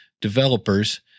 developers